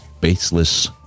baseless